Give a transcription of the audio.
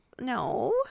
No